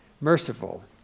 merciful